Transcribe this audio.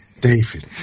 David